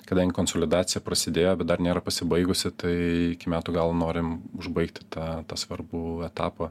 kadangi konsolidacija prasidėjo bet dar nėra pasibaigusi tai iki metų galo norim užbaigti tą svarbų etapą